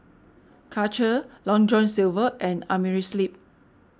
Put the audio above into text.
Karcher Long John Silver and Amerisleep